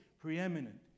preeminent